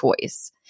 choice